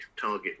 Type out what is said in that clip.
target